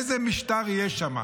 איזה משטר יהיה שם.